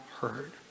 heard